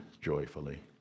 joyfully